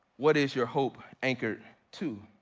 what is your hope anchored to?